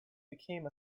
became